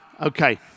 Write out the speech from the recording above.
okay